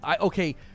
okay